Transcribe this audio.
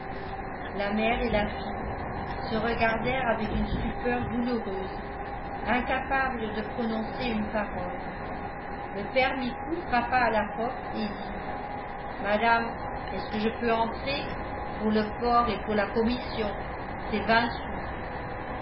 la mère et la fille se regardèrent avec une stupeur douloureuse incapables de prononcer une parole le père micou frappa à la porte et dit madame est-ce que je peux entrer pour le port et pour la commission c'est vingt sous